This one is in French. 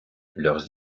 leurs